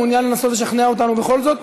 מעוניין לנסות לשכנע אותנו בכל זאת?